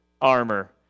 armor